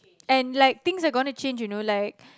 and like things are gonna change you know like